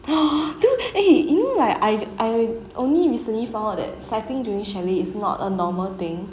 dude you know like I I only recently found out that cycling during chalet is not a normal thing